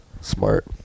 Smart